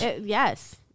Yes